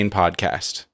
podcast